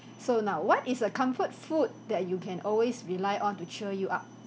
so now what is a comfort food that you can always rely on to cheer you up